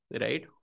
right